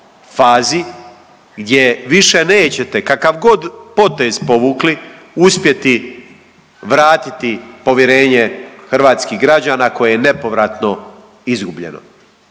gdje više nećete kakav god potez povukli uspjeti vratiti povjerenje hrvatskih građana koje je nepovratno izgubljeno.